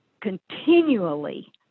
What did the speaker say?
continually